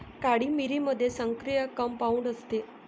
काळी मिरीमध्ये सक्रिय कंपाऊंड असते